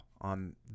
on